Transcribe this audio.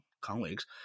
colleagues